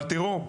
אבל תראו,